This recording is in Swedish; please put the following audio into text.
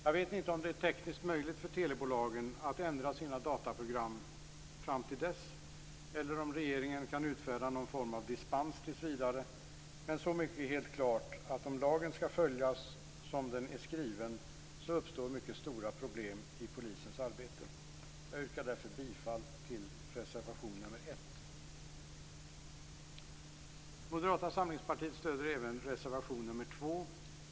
Jag vet inte om det är tekniskt möjligt för telebolagen att ändra sina dataprogram till dess, eller om regeringen kan utfärda någon form av dispens tills vidare, men så mycket är helt klart att om lagen skall följas som den är skriven uppstår mycket stora problem i polisens arbete. Jag yrkar därmed bifall till reservation nr 1. Moderata samlingspartiet stöder även reservation nr 2.